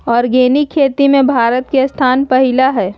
organic खेती में भारत के स्थान पहिला हइ